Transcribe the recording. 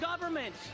government